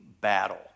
battle